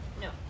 No